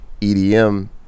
EDM